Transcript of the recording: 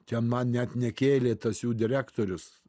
ten man net nekėlė tas jų direktorius